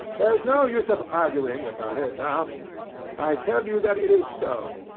there is no use of arguing about it now i tell you that it is so.